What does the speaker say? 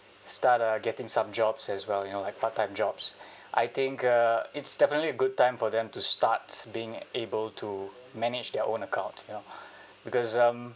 start uh getting some jobs as well you know like part time jobs I think uh it's definitely a good time for them to start being able to manage their own account because um